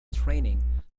training